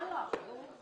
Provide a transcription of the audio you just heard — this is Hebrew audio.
נראה.